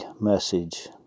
message